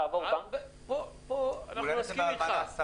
תעבור בנק --- אולי נדבר על מה נעשה